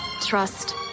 trust